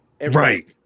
Right